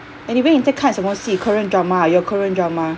anyway 你在看什么戏 korean drama ah your korean drama